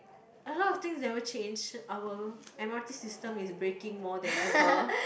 a lot of things never changed our M_R_T system is breaking more than ever